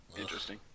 Interesting